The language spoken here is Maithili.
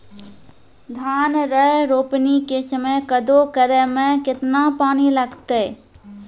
धान के रोपणी के समय कदौ करै मे केतना पानी लागतै?